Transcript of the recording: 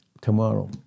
tomorrow